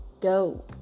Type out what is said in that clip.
go